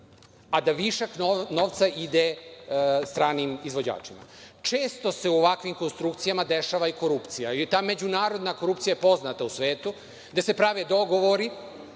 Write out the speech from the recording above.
da višak novca ide stranim izvođačima. Često se u ovakvim konstrukcijama dešava i korupcija. Ta međunarodna korupcija je poznata u svetu, gde se prave dogovori